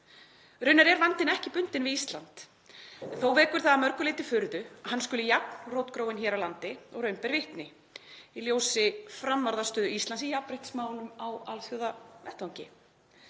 Raunar er vandinn ekki bundinn við Ísland. Þó vekur það að mörgu leyti furðu að hann skuli vera jafn rótgróinn hér á landi og raun ber vitni í ljósi framvarðarstöðu Íslands í jafnréttismálum á alþjóðavettvangi.